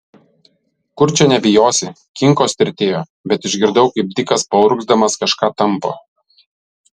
kur čia nebijosi kinkos tirtėjo bet išgirdau kaip dikas paurgzdamas kažką tampo